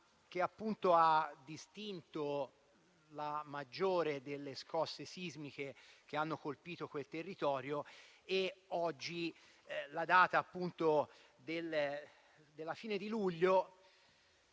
vi è stata la maggiore delle scosse sismiche che hanno colpito quel territorio, e la data odierna, a fine di luglio,